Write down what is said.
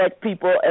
people